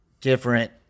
different